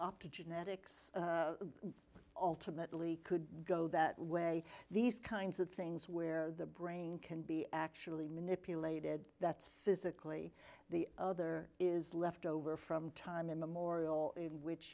to genetics ultimately could go that way these kinds of things where the brain can be actually manipulated that's physically the other is left over from time immemorial in which